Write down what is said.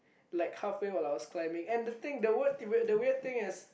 like halfway while I was climbing and the thing the word the weird thing is